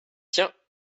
tiens